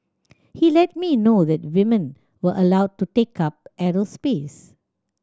he let me know that women were allowed to take up aerospace